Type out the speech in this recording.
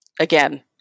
again